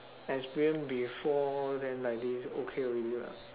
experience before then like this okay already lah